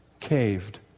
Caved